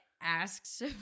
asks